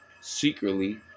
Secretly